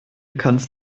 kannst